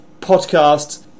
podcasts